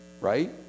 Right